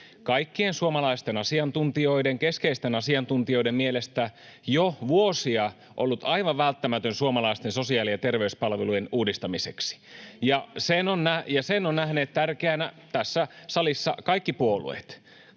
kaikkien keskeisten suomalaisten asiantuntijoiden mielestä jo vuosia ollut aivan välttämätön suomalaisten sosiaali- ja terveyspalvelujen uudistamiseksi, ja sen ovat nähneet tärkeänä tässä salissa kaikki puolueet